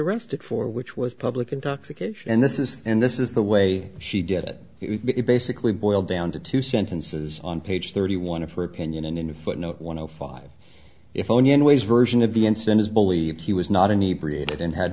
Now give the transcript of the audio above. arrested for which was public intoxication and this is and this is the way she did it it basically boiled down to two sentences on page thirty one of her opinion and in a footnote one of five if only in ways version of the incident is believed he was not any breed and had